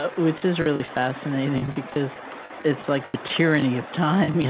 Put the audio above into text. ah which is really fascinating because it's like the tyranny of time.